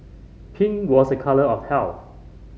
pink was a colour of health